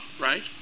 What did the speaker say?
right